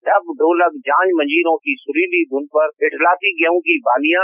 ढप ढोलक झांझ मजीरों की सुरीली धुन पर इठलाती गेहूं की बलियां